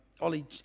Ollie